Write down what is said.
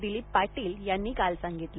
दिलीप पाटील यांनी काल सांगितलं